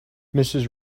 mrs